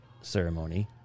ceremony